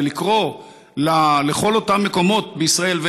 ולקרוא לכל אותם מקומות בישראל,